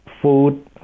food